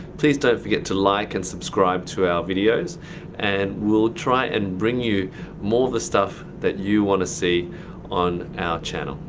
please don't forget to like and subscribe to our videos and we'll try and bring you more of the stuff that you want to see on our channel.